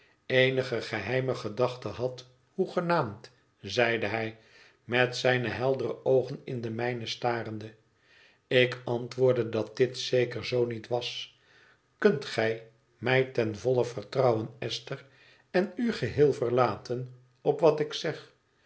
eenige geheime gedachte had hoegenaamd zeide hij met zijne heldere oogen in de mijne starende ik antwoordde dat dit zeker zoo niet was kunt ge mij ten volle vertrouwen esther en u geheel verlaten op wat ik zeg